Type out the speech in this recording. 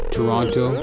Toronto